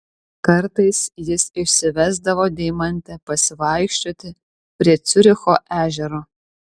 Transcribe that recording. kartais jis išsivesdavo deimantę pasivaikščioti prie ciuricho ežero